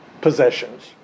possessions